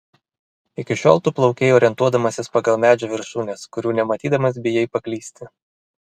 iki šiol tu plaukei orientuodamasis pagal medžių viršūnes kurių nematydamas bijai paklysti